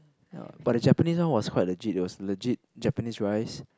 ya but the Japanese one was quite legit it was legit Japanese rice